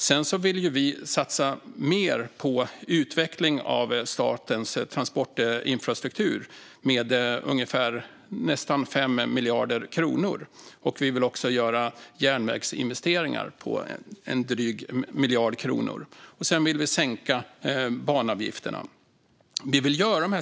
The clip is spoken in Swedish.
Vi vill satsa mer på utveckling av statens transportinfrastruktur med nästan 5 miljarder kronor. Vi vill också göra järnvägsinvesteringar på drygt 1 miljard kronor och sänka banavgifterna.